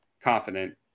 confident